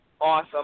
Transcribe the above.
awesome